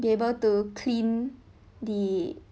be able to clean the